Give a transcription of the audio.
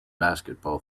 basketball